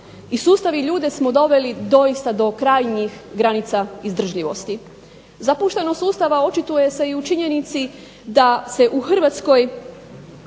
I sustav i ljude smo doveli doista do krajnjih granica izdržljivosti. Zapuštenost sustava očituje se i u činjenici da se u Hrvatskoj